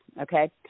Okay